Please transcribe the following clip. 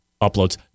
Uploads